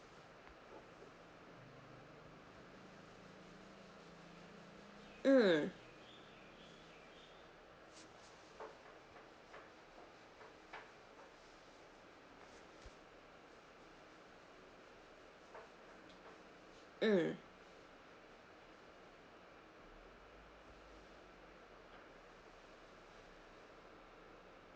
mm mm